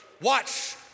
Watch